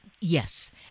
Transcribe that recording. Yes